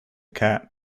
cat